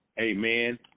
Amen